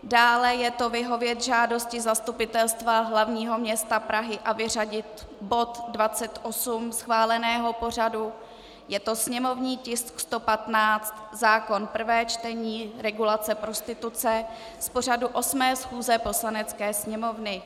Dále je to vyhovět žádosti Zastupitelstva hlavního města Prahy a vyřadit bod 28 schváleného pořadu, je to sněmovní tisk 115, zákon, prvé čtení, regulace prostituce, z pořadu 8. schůze Poslanecké sněmovny.